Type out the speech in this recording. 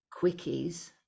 quickies